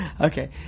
okay